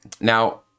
Now